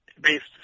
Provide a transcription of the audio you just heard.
based